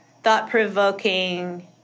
thought-provoking